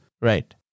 Right